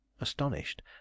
Astonished